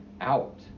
out